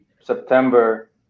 September